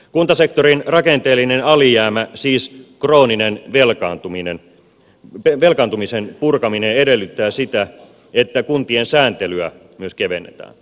kuntasektorin rakenteellinen alijäämä siis kroonisen velkaantumisen purkaminen edellyttää sitä että kuntien sääntelyä myös kevennetään